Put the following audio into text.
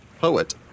poet